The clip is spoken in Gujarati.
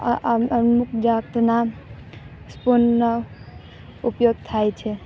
અમુક જાતના સ્પૂનના ઉપયોગ થાય છે